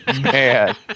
Man